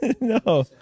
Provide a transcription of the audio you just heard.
No